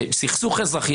שסכסוך אזרחי,